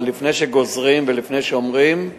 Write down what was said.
אבל לפני שגוזרים ולפני שאומרים,